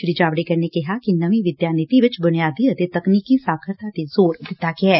ਸ੍ਰੀ ਜਾਵੜੇਕਰ ਨੇ ਕਿਹਾ ਕਿ ਨਵੀਂ ਵਿਦਿਆ ਨੀਤੀ ਵਿਚ ਬੁਨਿਆਦੀ ਅਤੇ ਤਕਨੀਕੀ ਸਾਖ਼ਰਤਾ ਤੇ ਜ਼ੋਰ ਦਿੱਤਾ ਗਿਐ